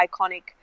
iconic